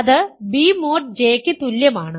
അത് b mod J ക്ക് തുല്യമാണ്